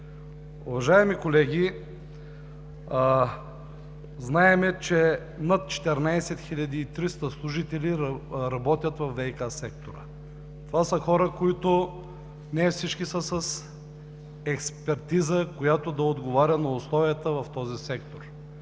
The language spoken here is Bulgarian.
Уважаеми колеги, знаем че над 14 300 служители работят във ВиК сектора. Не всички са с експертиза, която да отговаря на условията в този сектор.